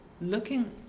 looking